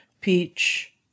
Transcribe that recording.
peach